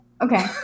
okay